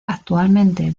actualmente